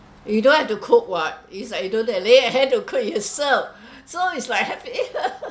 you don't have to cook [what] it's like you don't need to lay a hand to cook you are served so it's like happy